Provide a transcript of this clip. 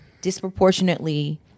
disproportionately